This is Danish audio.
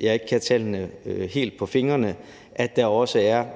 jeg ikke kan tallene helt på fingrene, at der også er